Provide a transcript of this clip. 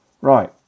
Right